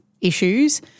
issues